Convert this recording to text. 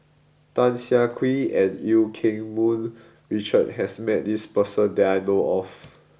Tan Siah Kwee and Eu Keng Mun Richard has met this person that I know of